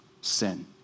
sin